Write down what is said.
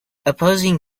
opposing